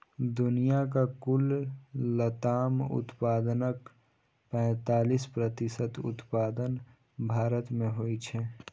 दुनियाक कुल लताम उत्पादनक पैंतालीस प्रतिशत उत्पादन भारत मे होइ छै